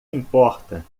importa